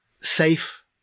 safe